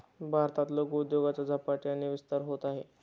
भारतात लघु उद्योगाचा झपाट्याने विस्तार होत आहे